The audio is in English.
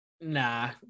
Nah